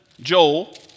Joel